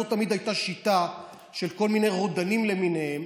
זאת תמיד הייתה שיטה של כל מיני רודנים למיניהם